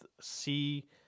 see